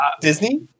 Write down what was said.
Disney